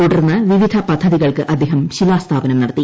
തുടർന്ന് വിവിധ പദ്ധതികൾക്ക് അദ്ദേഹം ശിലാസ്ഥാപനം നടത്തി